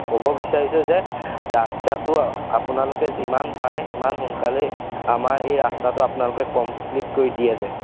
ক'ব বিচাৰিছোঁ যে ৰাস্তাটো আপোনালোকে যিমান পাৰে সিমান সোনকালেই আমাৰ এই ৰাস্তাটো আপোনালোকে কমপ্লিট কৰি দিয়ে যেন